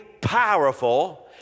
powerful